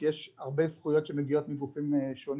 כי יש הרבה זכויות שמגיעות מהרבה גופים שונים.